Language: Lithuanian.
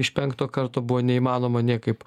iš penkto karto buvo neįmanoma niekaip